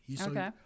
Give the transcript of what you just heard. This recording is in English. Okay